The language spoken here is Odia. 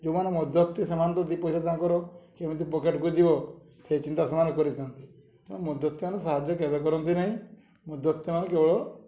ଯୋଉମାନେ ମଧ୍ୟସ୍ଥି ସେମାନଙ୍କ ଦୁଇ ପଇସା ତାଙ୍କର କେମିତି ପକେଟ୍କୁ ଯିବ ସେ ଚିନ୍ତା ସେମାନେ କରିଥାନ୍ତି ତେଣୁ ମଧ୍ୟସ୍ଥିମାନେ ସାହାଯ୍ୟ କେବେ କରନ୍ତି ନାହିଁ ମଧ୍ୟସ୍ଥିମାନେ କେବଳ